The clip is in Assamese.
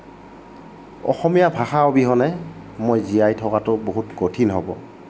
অসমীয়া ভাষাৰ অবিহনে মই জীয়াই থকাটো বহুত কঠিন হ'ব